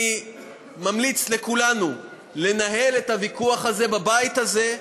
אני ממליץ לכולנו לנהל את הוויכוח הזה בבית הזה,